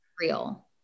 real